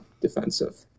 defensive